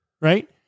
Right